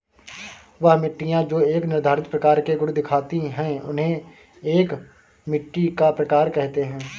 वह मिट्टियाँ जो एक निर्धारित प्रकार के गुण दिखाती है उन्हें एक मिट्टी का प्रकार कहते हैं